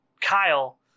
Kyle